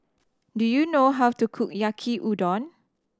do you know how to cook Yaki Udon